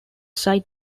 site